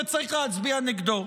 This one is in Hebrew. וצריך להצביע נגדו.